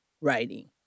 writing